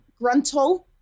Gruntle